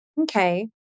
okay